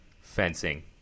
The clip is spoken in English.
fencing